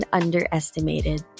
underestimated